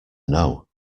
know